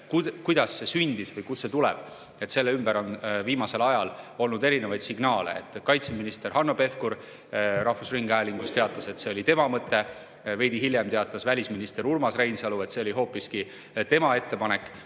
kuidas see sündis või kust see tuleb. Selle kohta on viimasel ajal olnud erinevaid signaale. Kaitseminister Hanno Pevkur rahvusringhäälingus teatas, et see oli tema mõte, veidi hiljem teatas välisminister Urmas Reinsalu, et see oli hoopiski tema ettepanek.